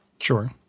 Sure